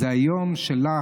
זה היום שלך,